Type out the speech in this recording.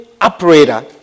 operator